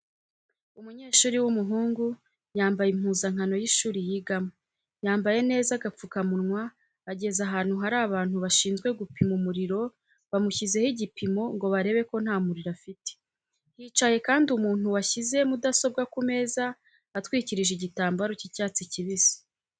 Umunyeshuri w'umuhungu wambaye impuzankano y'ishuri yigamo, yambaye neza agapfukamunwa ageze ahantu hari abantu bashinzwe gupima umuriro bamushyizeho igipimo ngo barebe ko nta muriro afite, hicaye kandi umuntu washyize mudasobwa ku meza atwikirije igitambaro cy'icyatsi kibisi.